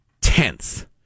tenth